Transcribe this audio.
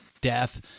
Death